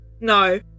No